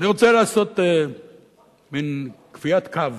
אני רוצה לעשות מין קביעת קו